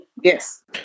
yes